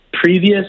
previous